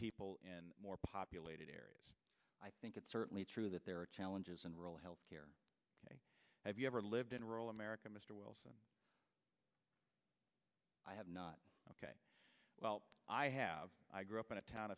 people in more populated areas i think it's certainly true that there are challenges and real healthcare have you ever lived in rural america mr wilson i have not well i have i grew up in a town